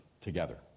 together